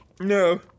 No